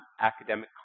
academic